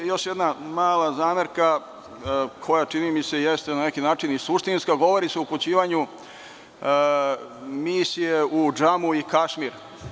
Još jedna mala zamerka koja, čini mi se, na neki način jeste i suštinska, govori se o upućivanju misije u Džamu i Kašmir.